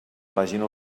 pàgina